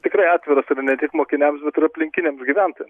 tikrai atviros ir ne tik mokiniams bet ir aplinkiniams gyventojams